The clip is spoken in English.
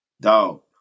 Dog